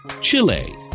Chile